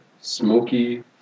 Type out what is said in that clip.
smoky